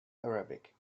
arabic